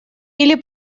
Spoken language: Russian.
или